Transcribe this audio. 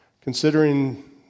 Considering